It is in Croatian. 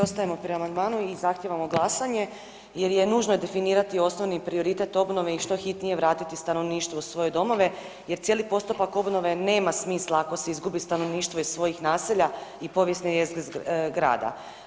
Ostajemo pri amandmanu i zahtijevamo glasanje jer je nužno definirati osnovni prioritet obnove i što hitnije vratiti stanovništvo u svoje domove jer cijeli postupak obnove nema smisla ako se izgubi stanovništvo iz svojih naselja i povijesne jezgre grada.